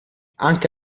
anche